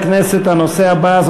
למסור הודעה מטעם